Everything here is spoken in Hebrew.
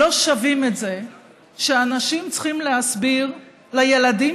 לא שווים את זה שאנשים צריכים להסביר לילדים